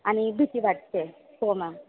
आणि भीती वाटते हो मॅम